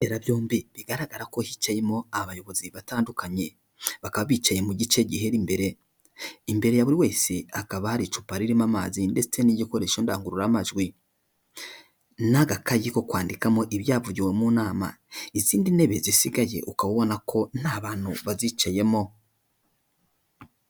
Ibibera byombi bigaragara ko hicayemo abayobozi batandukanye. Bakaba bicaye mu gice gihera imbere. Imbere ya buri wese hakaba hari icupa ririmo amazi ndetse n'igikoresho ndangururamajwi. N'agakayi ko kwandikamo ibyavugiwe mu nama. Izindi ntebe zisigaye uka ubona ko nta bantu bazicayemo.